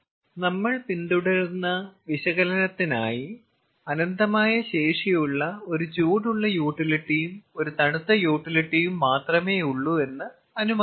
നമ്മൾ പിന്തുടരുന്ന വിശകലനത്തിനായി അനന്തമായ ശേഷിയുള്ള ഒരു ചൂടുള്ള യൂട്ടിലിറ്റിയും ഒരു തണുത്ത യൂട്ടിലിറ്റിയും മാത്രമേയുള്ളൂ എന്ന് അനുമാനിക്കുന്നു